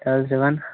five seven